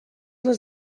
les